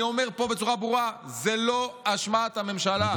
אני אומר פה בצורה ברורה: זאת לא אשמת הממשלה.